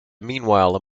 meanwhile